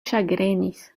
ĉagrenis